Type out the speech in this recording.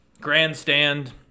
grandstand